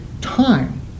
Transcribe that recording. time